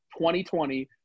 2020